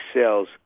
cells